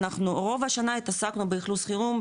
רוב השנה התעסקנו באכלוס חירום,